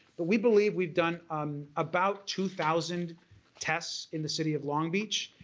but we believe we've done um about two thousand tests in the city of long beach,